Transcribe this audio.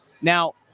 Now